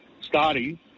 starting